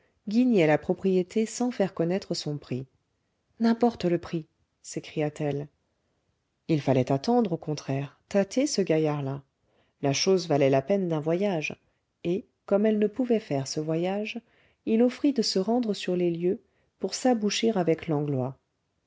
guignait la propriété sans faire connaître son prix n'importe le prix s'écria-t-elle il fallait attendre au contraire tâter ce gaillard-là la chose valait la peine d'un voyage et comme elle ne pouvait faire ce voyage il offrir de se rendre sur les lieux pour s'aboucher avec langlois